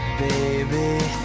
Baby